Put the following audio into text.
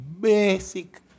basic